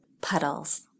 Puddles